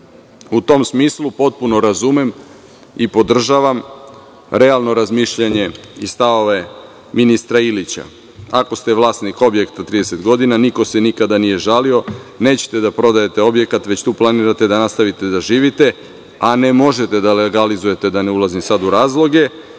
tom smislu, potpuno razumem i podržavam realno razmišljanje i stavove ministra Ilića. Ako ste vlasnik objekta 30 godina, niko se nikada nije žalio, nećete da prodajete objekat, već tu planirate da nastavite da živite, a ne možete da legalizujete, da ne ulazim sad u razloge,